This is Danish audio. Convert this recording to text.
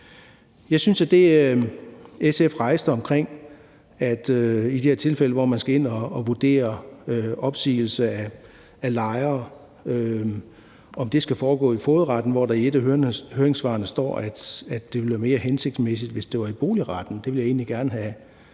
SF rejste noget omkring de her tilfælde, hvor man skal ind og vurdere opsigelse af lejere, og hvor spørgsmålet er, om det skal foregå i fogedretten, og der står i et af høringssvarene, at det ville være mere hensigtsmæssigt, hvis det var i boligretten. Det vil jeg egentlig gerne have